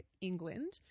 England